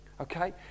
Okay